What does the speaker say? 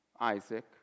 Isaac